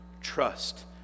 trust